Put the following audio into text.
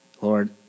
Lord